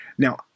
Now